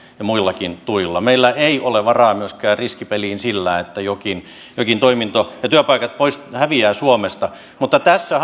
ja muillakin tuilla meillä ei ole varaa myöskään riskipeliin sillä että jokin jokin toiminto ja jotkin työpaikat häviävät suomesta mutta tässä